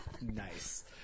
Nice